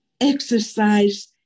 exercise